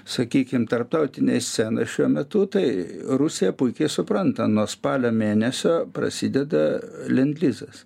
sakykim tarptautinėj scenoj šiuo metu tai rusija puikiai supranta nuo spalio mėnesio prasideda lendlizas